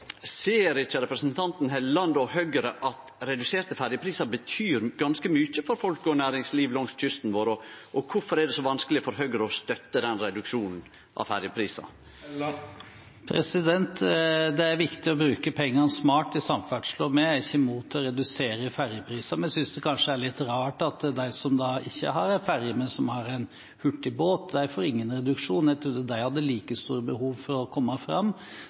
Ser ikkje representanten Helleland og Høgre at reduserte ferjeprisar betyr ganske mykje for folk og næringsliv langs kysten vår, og kvifor er det så vanskeleg for Høgre å støtte den reduksjonen av ferjeprisar? Det er viktig å bruke pengene smart i samferdsel, og vi er ikke mot å redusere ferjepriser. Men vi synes det kanskje er litt rart at de som ikke har en ferje, men som har en hurtigbåt, får ingen reduksjon. Jeg trodde de hadde like stort behov for å komme fram